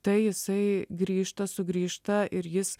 tai jisai grįžta sugrįžta ir jis